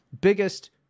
Biggest